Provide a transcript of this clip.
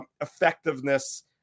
effectiveness